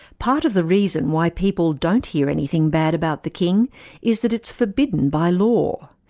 part of the reason why people don't hear anything bad about the king is that it's forbidden by law.